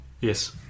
Yes